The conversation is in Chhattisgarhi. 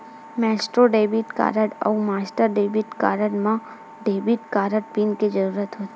मेसट्रो डेबिट कारड अउ मास्टर डेबिट म डेबिट कारड पिन के जरूरत होथे